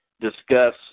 discuss